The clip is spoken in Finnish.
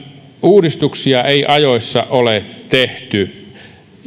uudistuksia ei ole tehty ajoissa